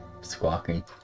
squawking